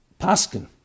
paskin